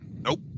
Nope